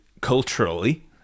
culturally